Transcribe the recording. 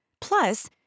Plus